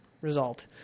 result